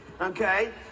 okay